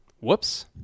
Whoops